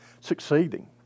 succeeding